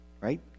right